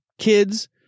kids